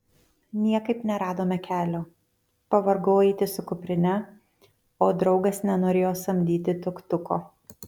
niekaip neradome kelio pavargau eiti su kuprine o draugas nenorėjo samdyti tuk tuko